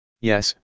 Yes